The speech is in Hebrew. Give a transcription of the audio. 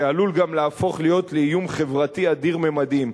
שעלול גם להפוך לאיום חברתי אדיר-ממדים.